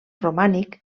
romànic